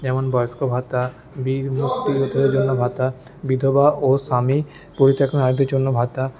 যেমন বয়স্ক ভাতা ভাতা বিধবা ও স্বামী পরিত্যাক্তদের জন্য ভাতা